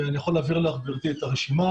אני יכול להעביר לך גברתי את הרשימה.